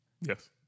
Yes